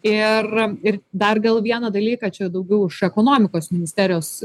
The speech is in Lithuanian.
ir ir dar gal vieną dalyką čia daugiau už ekonomikos ministerijos